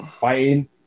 Fighting